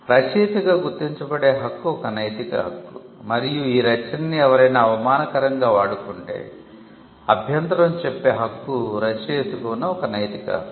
రచయితగా గుర్తించబడే హక్కు ఒక నైతిక హక్కు మరియు ఈ రచనని ఎవరైనా అవమానకరంగా వాడుకుంటే అభ్యంతరం చెప్పే హక్కు రచయితకు ఉన్న ఒక నైతిక హక్కు